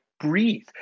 breathe